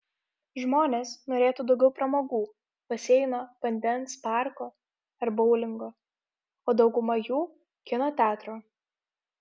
žmonės norėtų daugiau pramogų baseino vandens parko ar boulingo o dauguma jų kino teatro